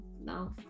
no